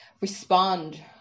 respond